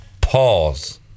Pause